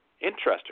Interesting